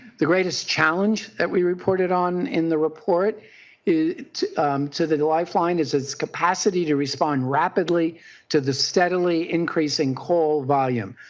the greatest challenge that we reported on in the report to the the lifeline is its capacity to respond rapidly to the steadily increasing call volume.